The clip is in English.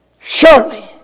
Surely